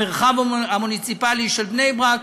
המרחב המוניציפלי של בני-ברק,